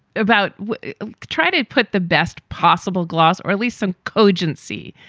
about try to put the best possible gloss or at least some cogency,